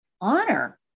Honor